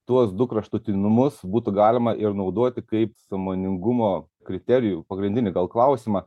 tuos du kraštutinumus būtų galima ir naudoti kaip sąmoningumo kriterijų pagrindinį gal klausimą